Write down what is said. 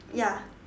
ya